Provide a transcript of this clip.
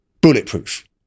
bulletproof